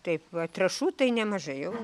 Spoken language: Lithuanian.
taip va trąšų tai nemažai jau